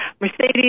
Mercedes